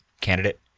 candidate